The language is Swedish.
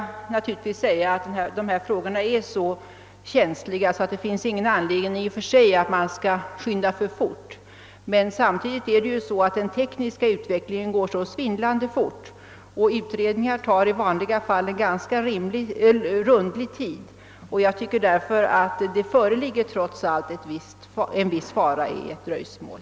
Naturligtvis är dessa frågor så känsliga att det inte finns anledning att skynda för fort. Emellertid går den tekniska utvecklingen så svindlande snabbt — och utredningar tar i vanliga fall ganska rundlig tid — att jag tycker att det trots allt ligger en viss fara i ett dröjsmål.